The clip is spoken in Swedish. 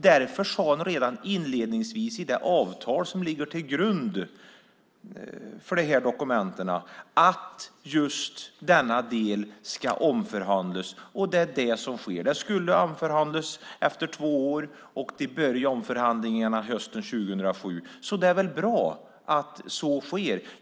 Därför sade man redan inledningsvis i det avtal som ligger till grund för de här dokumenten att denna del skulle omförhandlas. Det är det som sker nu. Det skulle omförhandlas efter två år, och omförhandlingarna började hösten 2007. Det är bra att så sker.